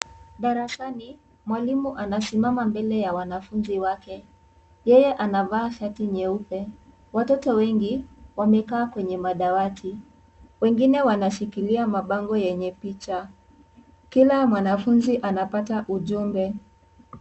Darasani mwalimu anasimama mbele ya wanafunzi wake yeye anavaa shati nyeupe watoto wengi wamekaa kwenye madawati wengine wanashikilia mabango yenye picha kila mwanafunzi anapata ujumbe.